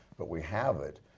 but we have it,